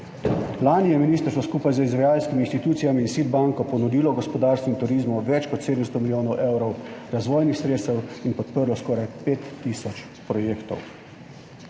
Lani je ministrstvo skupaj z izvajalskimi institucijami in SID banko ponudilo gospodarstvu in turizmu več kot 700 milijonov evrov razvojnih sredstev in podprlo skoraj 5 tisoč projektov.